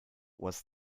was